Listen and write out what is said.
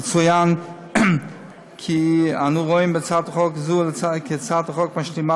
יצוין כי אנו רואים בהצעת החוק הצעת חוק משלימה